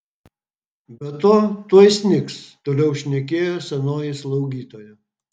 be to tuoj snigs toliau šnekėjo senoji slaugytoja